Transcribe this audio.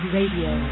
Radio